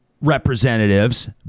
representatives